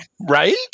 Right